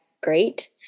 great